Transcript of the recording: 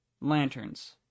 Lanterns